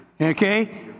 Okay